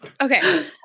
Okay